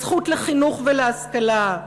הזכות לחינוך ולהשכלה,